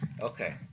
Okay